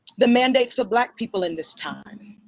the mandate for black people in this time.